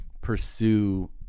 pursue